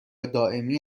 دائمی